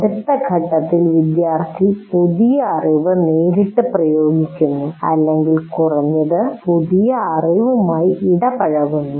അടുത്ത ഘട്ടത്തിൽ വിദ്യാർത്ഥി പുതിയ അറിവ് നേരിട്ട് പ്രയോഗിക്കുന്നു അല്ലെങ്കിൽ കുറഞ്ഞത് പുതിയ അറിവുമായി ഇടപഴകുന്നു